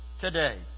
today